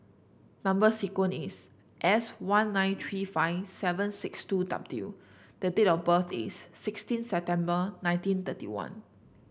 number sequence is S one nine three five seven six two W the date of birth is sixteen September nineteen thirty one